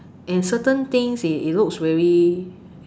and certain things it it looks very